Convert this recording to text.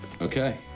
Okay